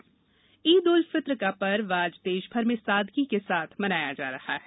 ईद उल फित्र ईद उल फित्र का पर्व आज देशभर में सादगी के साथ मनाया जा रहा है